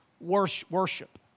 worship